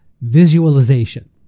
visualization